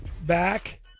back